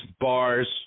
bars